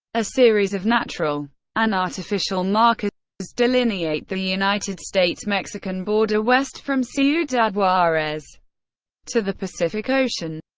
a series of natural and artificial markers delineate the united states-mexican border west from ciudad juarez to the pacific ocean.